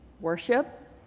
worship